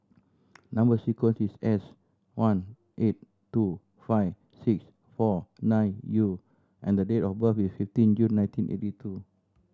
number sequence is S one eight two five six four nine U and date of birth is fifteen June nineteen eighty two